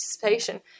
participation